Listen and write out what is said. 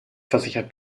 versichert